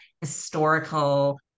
historical